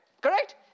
Correct